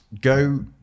go